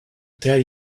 tell